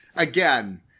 again